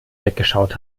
weggeschaut